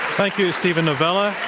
thank you, steven novella.